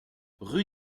rue